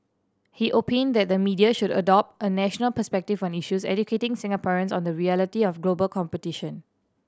he opined that the media should adopt a national perspective on issues educating Singaporeans on the reality of global competition